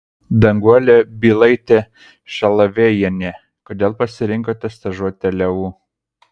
danguolė bylaitė šalavėjienė kodėl pasirinkote stažuotę leu